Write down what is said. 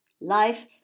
Life